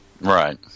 Right